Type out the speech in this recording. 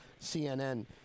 CNN